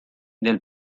del